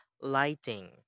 lighting